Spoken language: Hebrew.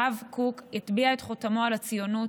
הרב קוק הטביע את חותמו על הציונות,